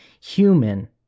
human